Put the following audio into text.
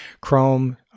Chrome